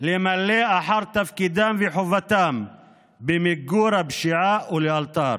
למלא את תפקידן וחובתן במיגור הפשיעה, ולאלתר.